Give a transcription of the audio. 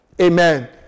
Amen